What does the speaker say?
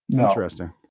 Interesting